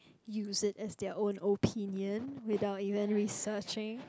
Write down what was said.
use it as their own opinion without even researching